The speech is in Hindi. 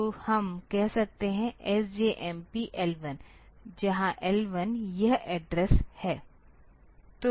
तो हम कह सकते हैं SJMP L1 जहां L 1 यह एड्रेस है